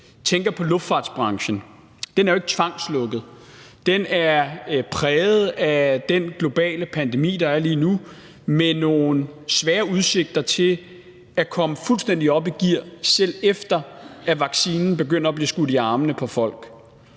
tænker på luftfartsbranchen, er den jo ikke tvangslukket, men den er præget af den globale pandemi, der er lige nu, og står med nogle svære udsigter til at komme fuldstændig op i gear, selv efter at vaccinen begynder at blive skudt i armene på folk,